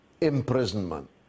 imprisonment